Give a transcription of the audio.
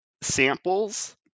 samples